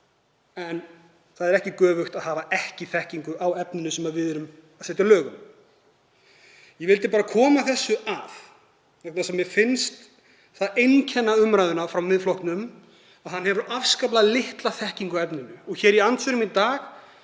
en það er ekki göfugt að hafa ekki þekkingu á efninu sem við erum að setja lög um. Ég vildi bara koma þessu að vegna þess að mér finnst það einkenna umræðuna frá Miðflokknum að hann hefur afskaplega litla þekkingu á efninu. Í andsvörum í dag